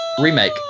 remake